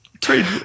Trade